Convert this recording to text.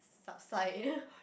subside